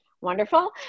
wonderful